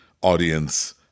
audience